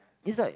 it's like